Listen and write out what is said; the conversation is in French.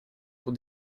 pour